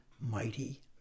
mighty